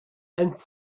voicesand